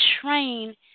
train